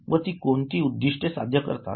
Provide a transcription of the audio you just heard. व'ती कोणती उद्दिष्ट साध्य करतात